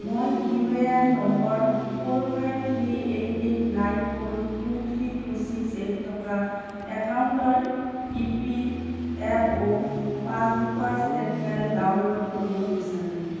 মই U A N number four five three eight eight nine four two three two six eight থকা একাউণ্টৰ E P F O পাছবুকৰ statement download কৰিব বিচাৰোঁ